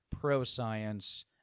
pro-science